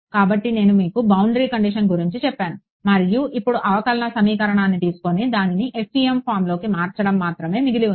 కాబట్టి నేను మీకు బౌండరీ కండిషన్ గురించి చెప్పాను మరియు ఇప్పుడు అవకలన సమీకరణాన్ని తీసుకొని దానిని FEM ఫారమ్లోకి మార్చడం మాత్రమే మిగిలి ఉంది